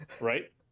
right